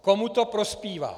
Komu to prospívá?